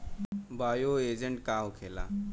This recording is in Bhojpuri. बायो एजेंट का होखेला?